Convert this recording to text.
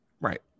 Right